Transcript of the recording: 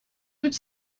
would